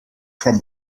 from